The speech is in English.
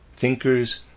thinkers